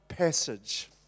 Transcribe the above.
passage